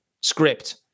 script